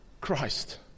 Christ